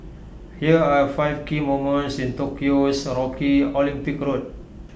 here are five key moments in Tokyo's rocky Olympic road